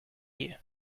you